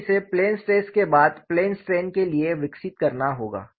हमें इसे plane stress के बाद प्लेन स्ट्रेन के लिए विकसित करना होगा